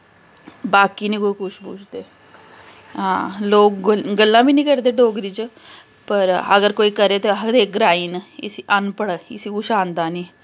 बाकी नि कोई कुछ पुछदे हां लोक गल्ला बी निं करदे डोगरी च पर अगर कोई करै ते आखदे ग्राईं न इस्सी अनपढ़ इस्सी कुछ आंदा निं